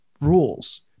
rules